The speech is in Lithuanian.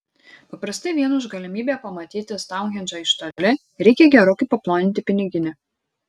paprastai vien už galimybę pamatyti stounhendžą iš toli reikia gerokai paploninti piniginę